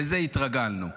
לזה התרגלנו,